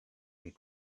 and